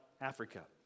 Africa